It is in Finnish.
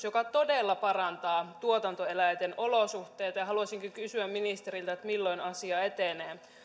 joka todella parantaa tuotantoeläinten olosuhteita haluaisinkin kysyä ministeriltä milloin asia etenee